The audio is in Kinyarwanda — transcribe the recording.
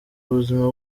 ubuzima